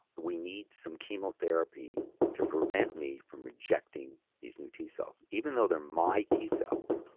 we need some chemotherapy to prevent me from rejecting these new t-cells. even though they're my t-cells,